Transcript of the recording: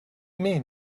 mean